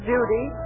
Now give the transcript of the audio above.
Judy